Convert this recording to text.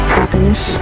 happiness